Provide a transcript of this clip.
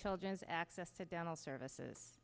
children's access to dental services